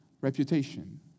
reputation